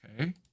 Okay